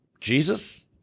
Jesus